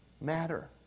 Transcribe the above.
matter